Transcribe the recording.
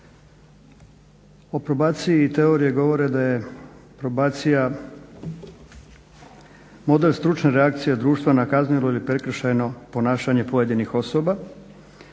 O probaciji teorije govore da je probacija model stručne reakcije društva na kazneno ili prekršajno ponašanje pojedinih osoba.